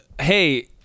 Hey